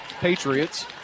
Patriots